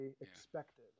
expected